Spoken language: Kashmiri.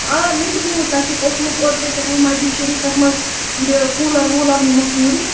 آ مےٚ تہِ بوٗز تَتہِ چھُکھ اوسمُت اوترٕ کیٛاہتانۍ مَسجِد شٔریٖفَس منٛز یہِ کوٗلر ووٗلَر نِمُت ژوٗرِ